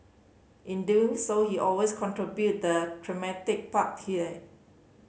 in doing so he always contributed the thematic park tear